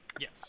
Yes